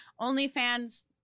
OnlyFans